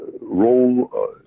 role